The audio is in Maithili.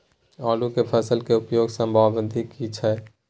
आलू के फसल के उपयुक्त समयावधि की छै?